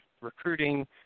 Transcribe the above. recruiting